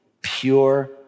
pure